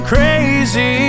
Crazy